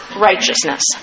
righteousness